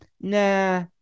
Nah